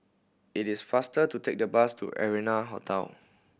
it is faster to take the bus to Arianna Hotel